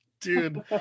dude